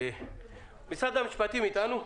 משרד המשפטים איתנו?